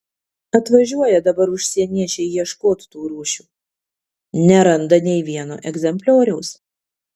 atvažiuoja dabar užsieniečiai ieškot tų rūšių neranda nei vieno egzemplioriaus